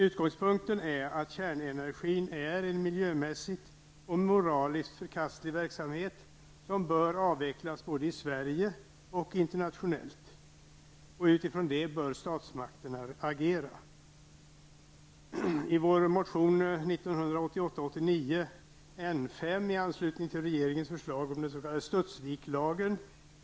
Utgångspunkten är att kärnenergin är en miljömässigt och moraliskt förkastlig verksamhet som bör avvecklas både i Sverige och internationellt. Utifrån detta bör statsmakterna agera.